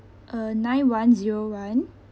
uh nine one zero one